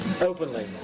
openly